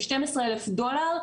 ו-12 אלף דולר,